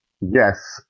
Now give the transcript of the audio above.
Yes